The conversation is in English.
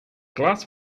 glass